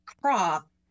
crop